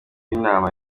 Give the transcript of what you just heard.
inama